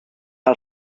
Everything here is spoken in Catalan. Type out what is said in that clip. per